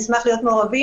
נשמח להיות מעורבים,